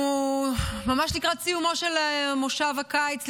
אנחנו ממש לקראת סיומו של מושב הקיץ,